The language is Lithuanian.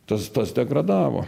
tas tas degradavo